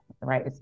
Right